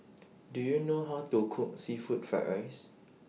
Do YOU know How to Cook Seafood Fried Rice